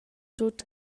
tut